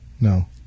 No